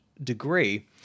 degree